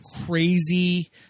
crazy